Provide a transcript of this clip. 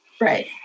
Right